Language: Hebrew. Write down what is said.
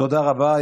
תודה רבה.